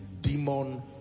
demon